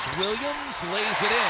williams, lays